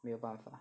没有办法